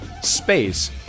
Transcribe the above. space